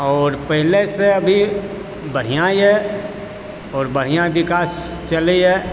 और पहिलेसऽ भी बढ़िया येए और बढ़िया बिकास चलैए